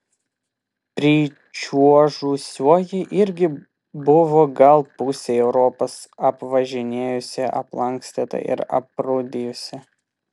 pričiuožusioji irgi buvo gal pusę europos apvažinėjusi aplankstyta ir aprūdijusi